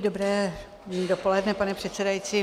Dobré dopoledne, pane předsedající.